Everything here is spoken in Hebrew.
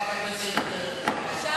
רבותי השרים.